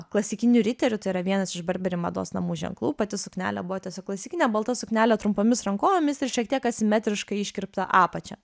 klasikiniu riteriu tai yra vienas iš burberry mados namų ženklų pati suknelė buvo tiesiog klasikinė balta suknelė trumpomis rankovėmis ir šiek tiek asimetriškai iškirpta apačia